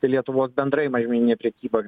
lietuvos bendrai mažmeninė prekyba